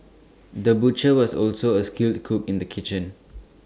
the butcher was also A skilled cook in the kitchen